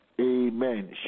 Amen